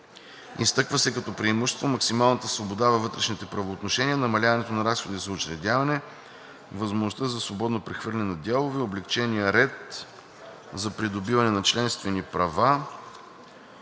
Изтъква се като преимущество максималната свобода във вътрешните правоотношения, намаляването на разходите за учредяване, възможността за свободното прехвърляне на дялове, облекченият ред за придобиване на членствени права